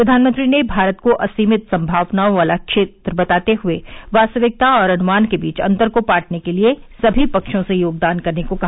प्रधानमंत्री ने भारत को असीमित सम्मावनाओं वाला देश बताते हुए वास्तविकता और अनुमान के बीच अंतर को पाटने के लिए सभी पक्षों से योगदान करने को कहा